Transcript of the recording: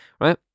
right